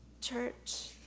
Church